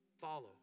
Follow